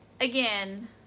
again